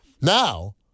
Now